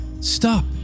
Stop